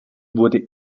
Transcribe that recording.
wurde